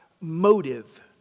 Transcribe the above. motive